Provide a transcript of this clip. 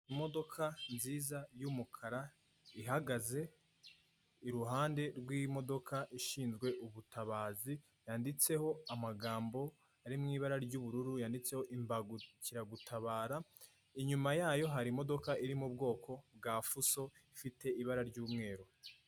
Imodoka nziza y'umukara ihagaze iruhande rw'imodoka ishinzwe ubutabazi yanditseho amagambo ari mu ibara ry'ubururu yanditseho imbangukiragutabara, inyuma yayo hari imodoka iri mu bwoko bwa fuso ifite ibara ry'umweru.